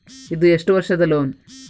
ಇದು ಎಷ್ಟು ವರ್ಷದ ಲೋನ್?